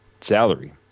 salary